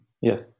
Yes